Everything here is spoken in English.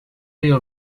your